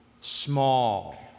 Small